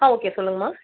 ஆ okay சொல்லுங்கம்மா